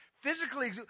physically